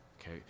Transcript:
Okay